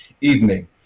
evening